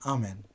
Amen